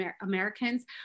Americans